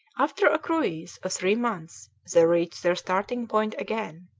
after a cruise of three months they reached their starting-point again.